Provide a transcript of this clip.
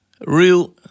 real